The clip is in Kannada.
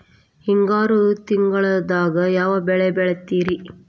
ಹಿಂಗಾರು ತಿಂಗಳದಾಗ ಯಾವ ಬೆಳೆ ಬೆಳಿತಿರಿ?